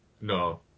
no